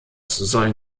sollen